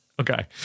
Okay